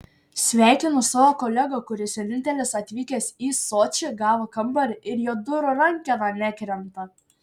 sveikinu savo kolegą kuris vienintelis atvykęs į sočį gavo kambarį ir jo durų rankena nekrenta